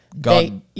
God